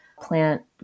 plant